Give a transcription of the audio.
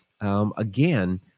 again